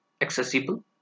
accessible